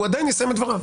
הוא עדיין יסיים את דבריו.